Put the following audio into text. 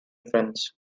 friends